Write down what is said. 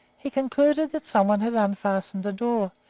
he concluded that some one had unfastened the door,